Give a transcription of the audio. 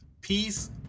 peace